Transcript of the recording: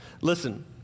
Listen